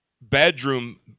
bedroom